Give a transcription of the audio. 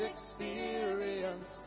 experience